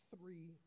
three